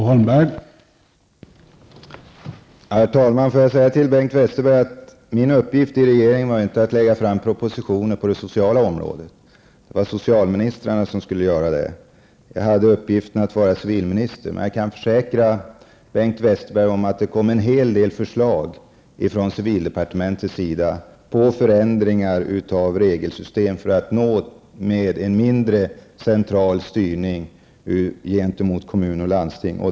Herr talman! Min uppgift i regeringen var inte att lägga fram propositioner på det sociala området, Bengt Westerberg. Det var socialministrarna som skulle göra det. Jag hade uppgiften att vara civilminister. Jag kan försäkra Bengt Westerberg om att det kom en hel del förslag från civildepartementet på förändringar av regelsystem för att nå en mindre central styrning gentemot kommun och landsting.